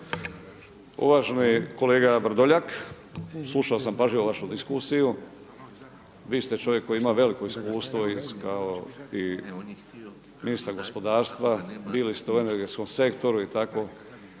Uvaženi kolega Vrdoljak. Slušao sam pažljivo vašu diskusiju, vi ste čovjek koji ima veliko iskustvo i kao ministar gospodarstva, bili ste u energetskom sektoru i tako